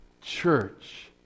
church